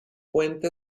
puente